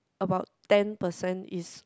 about ten percent is